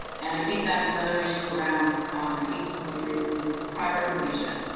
and i think that's another issue around um i think tim would agree with me and prioritization.